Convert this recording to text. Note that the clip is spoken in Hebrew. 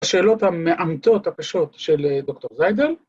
‫השאלות המעמתות הקשות ‫של דוקטור זייבר.